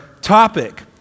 topic